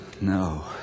No